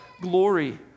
glory